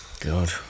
God